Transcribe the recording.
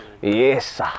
Yes